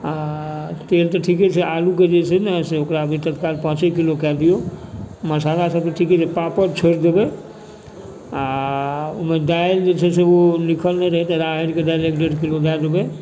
आओर तेल तऽ ठीके छै आलू के जे छै ने से ओकरा तत्काल पाँचे किलो कए दियौ मसाला सब तऽ ठीके छै पापड़ छोड़ि देबै आओर ओहिमे दालि जे छै से ओ लिखल नहि रहै तऽ राहैरि के दालि एक डेढ़ किलो दए देबै